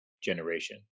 generation